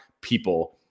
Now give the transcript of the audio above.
people